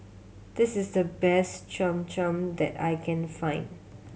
this is the best Cham Cham that I can find